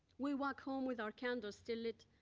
we walk home with our candles still lit,